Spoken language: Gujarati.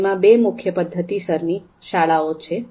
એમાં બે મુખ્ય પદ્ધતિસરની શાળાઓ છે